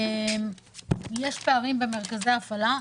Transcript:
יש פערים במרכזי ההפעלה,